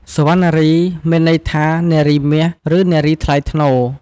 សុវណ្ណារី មានន័យថា នារីមាស ឬ នារីថ្លៃថ្នូរ។